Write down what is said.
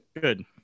Good